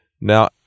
Now